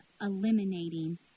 eliminating